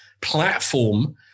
platform